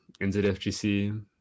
NZFGC